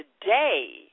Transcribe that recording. today